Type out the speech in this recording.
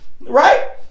right